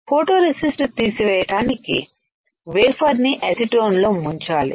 photo resist తీయడానికి wafer ని అసిటోన్లో ముంచాలి